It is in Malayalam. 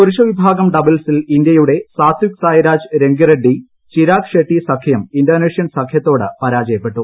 പുരുഷവിഭാഗം ഡബിൾസിൽ ഇന്ത്യയുടെ സാത്വിക് സായ്രാജ് രങ്കി റെഡി ചിരാഗ് ഷെട്ടി സഖ്യം ഇന്തോനേഷ്യൻ സഖ്യത്തോട് പരാജയപ്പെട്ടു